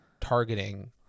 targeting